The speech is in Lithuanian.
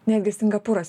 netgi singapūras